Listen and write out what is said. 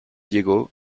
diego